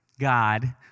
God